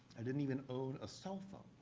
i didn't even own a cell phone.